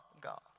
God